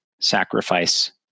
sacrifice